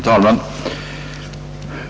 Herr talman!